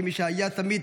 כמי שהיה תמיד